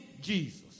Jesus